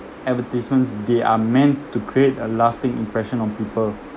advertisements they are meant to create a lasting impression on people